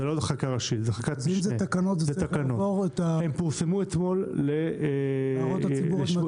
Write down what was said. הן פורסמו אתמול להערות הציבור למשך